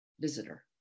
visitor